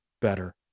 better